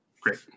Great